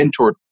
mentored